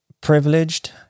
Privileged